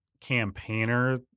campaigner